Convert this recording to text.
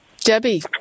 Debbie